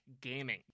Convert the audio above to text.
gaming